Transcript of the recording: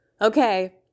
Okay